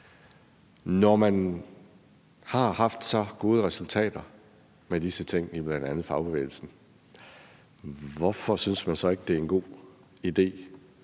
Når man har haft så gode resultater med disse ting i bl.a. fagbevægelsen, hvorfor synes man så ikke, det er en god idé